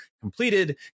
completed